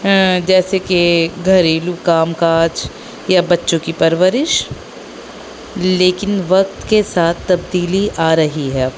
جیسے کہ گھریلو کام کاج یا بچوں کی پرورش لیکن وقت کے ساتھ تبدیلی آ رہی ہے اب